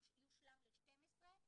יושלם ל-12.